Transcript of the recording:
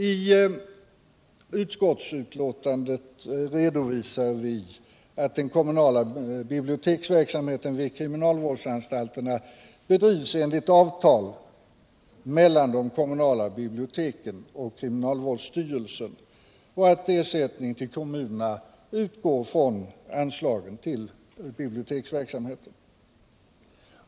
I utskottsbetänkandet redovisar vi att den kommunala biblioteksverksamheten vid kriminalvårdsanstalterna bedrivs enligt avtal mellan de kommunala biblioteken och kriminalvårdsstyrelsen och att ersättningen till kommunerna utgår från anslaget till biblioteksverksamheten.